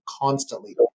constantly